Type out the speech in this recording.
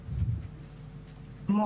יש הרבה דיון סביב הנושא.